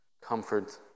comfort